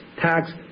tax